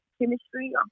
chemistry